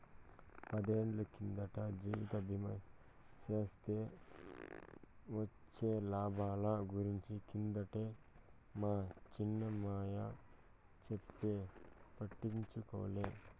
పదేళ్ళ కిందట జీవిత బీమా సేస్తే వొచ్చే లాబాల గురించి కిందటే మా చిన్నాయన చెప్తే పట్టించుకోలే